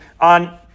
on